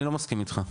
אני לא מסכים איתך,